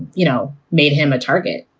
you know, made him a target.